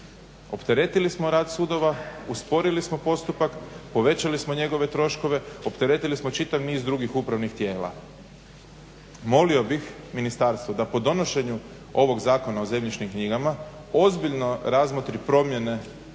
Opteretili smo rad sudova, usporili smo postupak, povećali smo njegove troškove, opteretili smo čitav niz drugih upravnih tijela. Molio bih ministarstvo da po donošenju ovog Zakona o zemljišnim knjigama ozbiljno razmotri promjene